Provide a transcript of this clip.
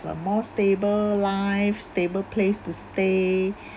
a more stable life stable place to stay